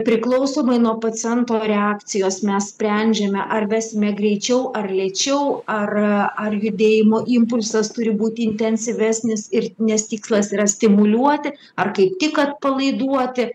priklausomai nuo paciento reakcijos mes sprendžiame ar vesime greičiau ar lėčiau ar ar judėjimo impulsas turi būti intensyvesnis ir nes tikslas yra stimuliuoti ar kaip tik atpalaiduoti